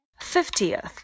Fiftieth